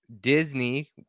Disney